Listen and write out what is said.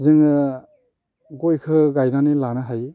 जोङो गयखौ गायनानै लानो हायो